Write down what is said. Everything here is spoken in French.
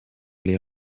les